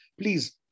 Please